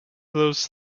those